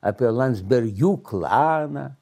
apie landsbergių klaną